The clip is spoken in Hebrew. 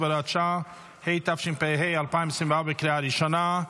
67 והוראת שעה), התשפ"ה 2024, בקריאה ראשונה.